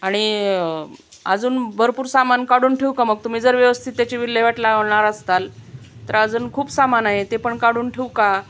आणि अजून भरपूर सामान काढून ठेवू का मग तुम्ही जर व्यवस्थित त्याची विल्हेवाट लावणार असताल तर अजून खूप सामान आहे ते पण काढून ठेवू का